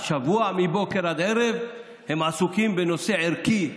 השבוע מבוקר עד ערב הם עסוקים בנושא ערכי,